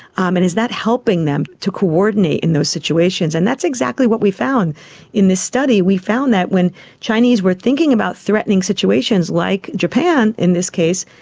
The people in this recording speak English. um and is that helping them to coordinate in those situations? and that's exactly what we found in this study. we found that when chinese were thinking about threatening situations like japan in this case,